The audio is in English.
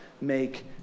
make